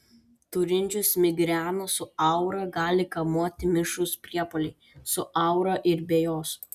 turinčius migreną su aura gali kamuoti mišrūs priepuoliai su aura ir be jos